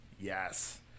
Yes